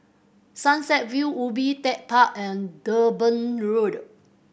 Sunset View Ubi Tech Park and Durban Road